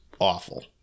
awful